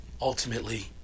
ultimately